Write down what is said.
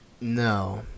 no